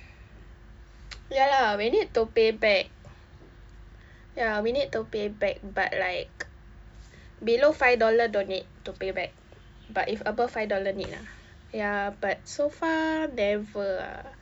ya lah we need to pay back ya we need to pay back but like below five dollar don't need to pay back but if above five dollar need lah ya but so far never ah